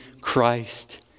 Christ